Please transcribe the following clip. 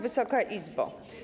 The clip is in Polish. Wysoka Izbo!